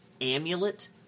Amulet